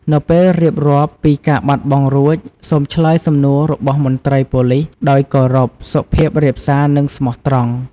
នៅពេលរៀបរាប់ពីការបាត់បង់រួច សូមឆ្លើយសំណួររបស់មន្ត្រីប៉ូលីសដោយ គោរព សុភាពរាបសារ និងស្មោះត្រង់។